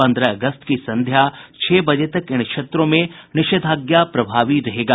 पन्द्रह अगस्त की संध्या छह बजे तक इन क्षेत्रों में निषेधाज्ञा प्रभावी रहेगा